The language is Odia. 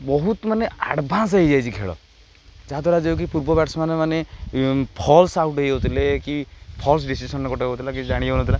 ବହୁତ ମାନେ ଆଡ଼ଭାନ୍ସ ହେଇଯାଇଛି ଖେଳ ଯାହାଦ୍ୱାରା ଯେଉଁକି ପୂର୍ବ ବ୍ୟାଟ୍ସମାନେ ମାନେ ଫଲସ୍ ଆଉଟ୍ ହେଇଯାଉଥିଲେ କି ଫଲସ୍ ଡିସିସନ୍ ଗୋଟେ ହଉଥିଲା କି ଜାଣି ହଉନଥିଲା